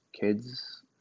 kids